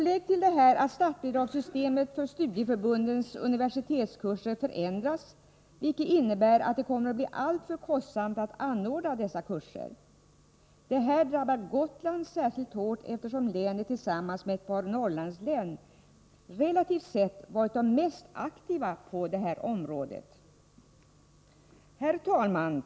Lägg till detta att statsbidragssystemet för studieförbundens universitetskurser förändrats, vilket innebär att det kommer att bli alltför kostsamt att anordna sådana universitetskurser. Detta drabbar Gotland särskilt hårt, eftersom länet tillsammans med ett par Norrlandslän relativt sett varit det mest aktiva på detta område. Herr talman!